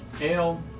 ale